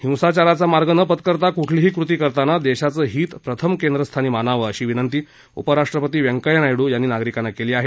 हिंसाचाराचा मार्ग न पत्करता कुठलीही कृती करताना देशाचं हित प्रथम केंद्रस्थानी मानावं अशी विनंती उपराष्ट्रपती व्यंकय्या नायडू यांनी नागरिकांना केली आहे